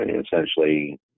essentially